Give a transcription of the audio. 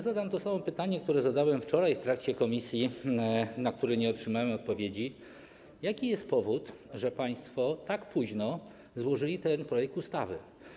Zadam to samo pytanie, które zadałem wczoraj w trakcie posiedzenia komisji, na które nie otrzymałem odpowiedzi: Jaki jest powód, że państwo tak późno złożyli ten projekt ustawy?